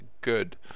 good